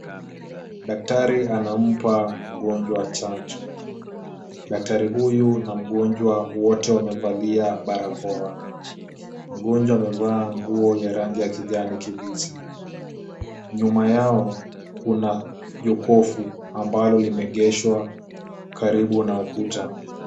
Daktari anampa mgonjwa chanjo. Daktari huyu na mgonjwa wote wamevalia barakoa. Mgonjwa amevaa nguo ya rangi ya kijani kibichi. Nyuma yao kuna jokofu ambalo limeegeshwa karibu na ukuta.